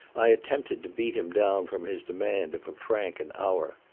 i attempted to beat him down from his demand of a franc an hour.